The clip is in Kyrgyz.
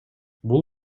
бул